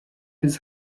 his